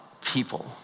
people